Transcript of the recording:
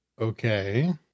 Okay